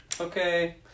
Okay